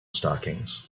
stockings